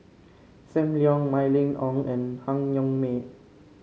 Sam Leong Mylene Ong and Han Yong May